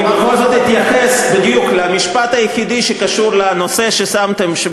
אני בכל זאת אתייחס בדיוק למשפט היחידי שקשור לנושא ששמתם,